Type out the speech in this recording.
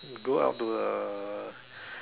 go out to uh